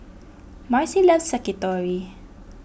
Marci loves Sakitori